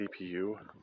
CPU